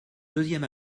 deuxième